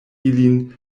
ilin